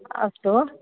अस्तु